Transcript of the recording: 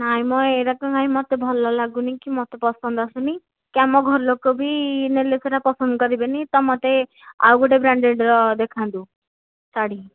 ନାଇ ମ ଏରାକ କାଇଁ ମୋତେ ଭଲ ଲାଗୁନାହିଁ କି ମୋତେ ପସନ୍ଦ ଆସୁନାହିଁ କି ଆମ ଘର ଲୋକ ବି ନେଲେ ସେରା ପସନ୍ଦ କରିବେନାହିଁ ତ ମୋତେ ଆଉ ଗୋଟିଏ ବ୍ରାଣ୍ଡେଡ୍ର ଦେଖାନ୍ତୁ ଶାଢ଼ୀ